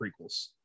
prequels